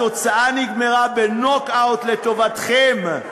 התוצאה נגמרה בנוק-אאוט לטובתכם.